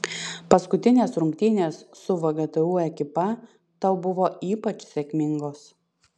paskutinės rungtynės su vgtu ekipa tau buvo ypač sėkmingos